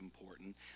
important